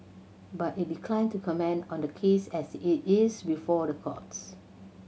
but it declined to comment on the case as it is before the courts